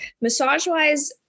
Massage-wise